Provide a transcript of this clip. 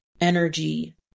energy